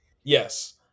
yes